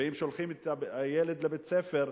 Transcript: ואם שולחים את הילד לבית-הספר,